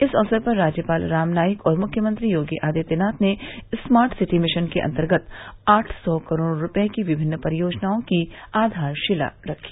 इस अवसर पर राज्यपाल राम नाईक और मुख्यमंत्री योगी आदित्यनाथ ने स्मार्ट सिटी मिशन के अन्तर्गत आठ सौ करोड़ रूपये की विभिन्न परियोजनाओं की आघारशिला रखी